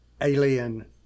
alien